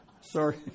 Sorry